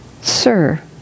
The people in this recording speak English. Sir